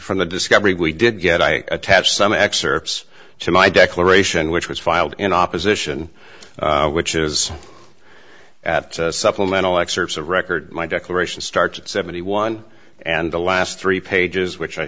from the discovery we did get i attach some excerpts to my declaration which was filed in opposition which is at supplemental excerpts of record my declaration starts at seventy one and the last three pages which i